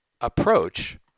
approach